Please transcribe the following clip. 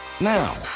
Now